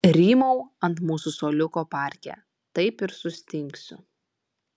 rymau ant mūsų suoliuko parke taip ir sustingsiu